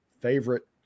Favorite